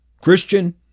Christian